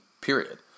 period